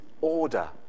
order